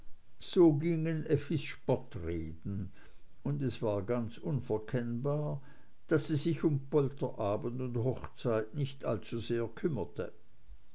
so gingen effis spottreden und es war ganz unverkennbar daß sie sich um polterabend und hochzeit nicht allzusehr kümmerte